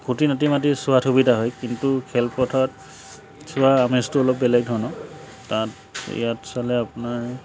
খুঁটি নাটি চোৱাত সুবিধা হয় কিন্তু খেলপথাৰত চোৱাৰ আমেজটো অলপ বেলেগ ধৰণৰ তাত ইয়াত চালে আপোনাৰ